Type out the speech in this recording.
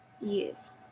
Yes